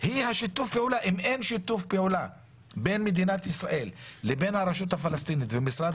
בוועדה לביקורת המדינה, בוועדה